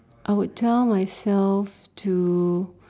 I would tell myself to